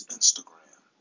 Instagram